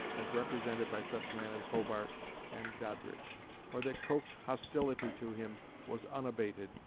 as represented by such men as hobart and doddridge or that coke's hostility to him was unabated,